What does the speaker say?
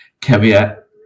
caveat